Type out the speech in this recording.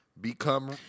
become